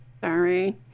Sorry